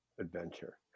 adventure